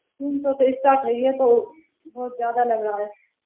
تین سو سے اسٹارٹ ہے یہ تو بہت زیادہ لگ رہا ہے